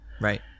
Right